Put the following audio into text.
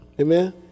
Amen